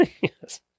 Yes